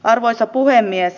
arvoisa puhemies